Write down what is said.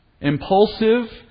impulsive